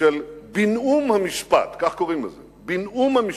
של בינאום המשפט, כך קוראים לזה, בינאום המשפט.